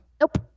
Nope